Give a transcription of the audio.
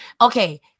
okay